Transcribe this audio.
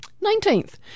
Nineteenth